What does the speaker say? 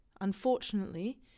unfortunately